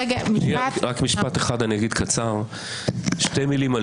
לכן ראית אתמול בערב את כמות המפגינים.